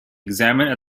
examined